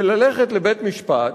וללכת לבית-משפט,